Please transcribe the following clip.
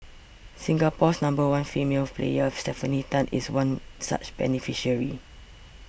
Singapore's number one female player Stefanie Tan is one such beneficiary